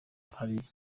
hariya